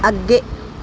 ਅੱਗੇ